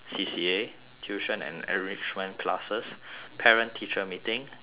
tuition and enrichment classes parent teaching meeting exams